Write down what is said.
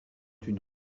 une